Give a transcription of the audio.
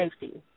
safety